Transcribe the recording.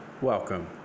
welcome